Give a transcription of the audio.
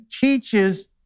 teaches